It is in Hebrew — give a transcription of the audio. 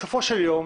בסופו של יום,